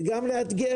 צריך גם לאתגר.